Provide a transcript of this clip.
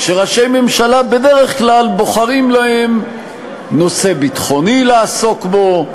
שראשי ממשלה בדרך כלל בוחרים להם נושא ביטחוני לעסוק בו,